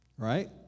Right